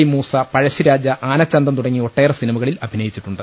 D Moosa Pazhassiraja Aanachandam തുടങ്ങി ഒട്ടേറെ സിനിമകളിൽ അഭിനയി ച്ചിട്ടുണ്ട്